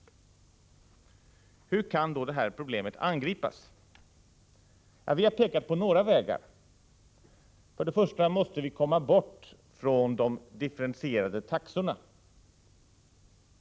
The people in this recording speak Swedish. Hur kan då problemet angripas? Vi har pekat ut några vägar. Först och främst måste vi komma bort från de differentierade taxorna.